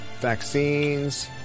vaccines